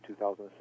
2006